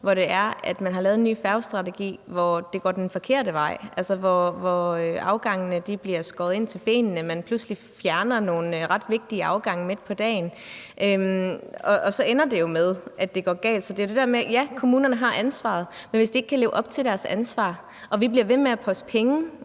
hvor man har lavet en ny færgestrategi, hvor det går den forkerte vej, altså hvor afgangene bliver skåret ind til benet og man pludselig fjerner nogle ret vigtige afgange midt på dagen, og så ender det jo med, at det går galt. Så det er det med: Ja, kommunerne har ansvaret, men hvis de ikke kan leve op til deres ansvar og vi bliver ved med at poste penge